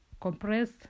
compressed